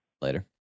Later